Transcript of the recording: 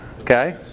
Okay